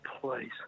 please